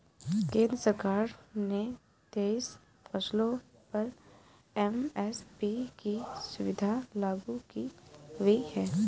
केंद्र सरकार ने तेईस फसलों पर एम.एस.पी की सुविधा लागू की हुई है